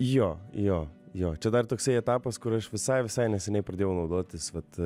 jo jo jo čia dar toksai etapas kur aš visai visai neseniai pradėjau naudotis vat